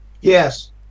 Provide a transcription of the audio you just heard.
Yes